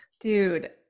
dude